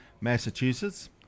Massachusetts